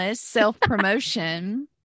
self-promotion